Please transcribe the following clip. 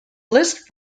list